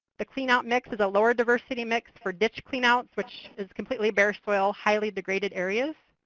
the cleanout mix is a lower diversity mix for ditch cleanouts, which is completely bare soil, highly degraded areas.